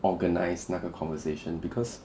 organise 那个 conversation because